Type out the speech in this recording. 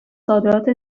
صادرات